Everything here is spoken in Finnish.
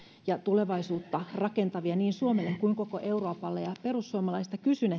ja tulevaisuutta rakentavia niin suomelle kuin koko euroopalle perussuomalaisilta kysyn